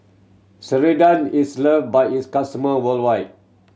ceradan is love by its customer worldwide